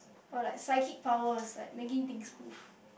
or like psychic powers like making things move